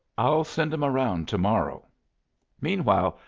i'll send em round to-morrow meanwhile,